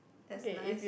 that's nice